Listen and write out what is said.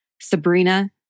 Sabrina